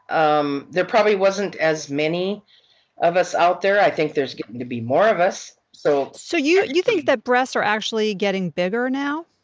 um there probably wasn't as many of us out there. i think there's getting to be more of us so so you you think that breasts are actually getting bigger now?